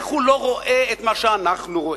איך הוא לא רואה את מה שאנחנו רואים?